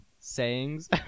sayings